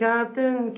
Captain